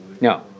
no